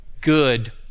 Good